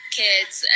kids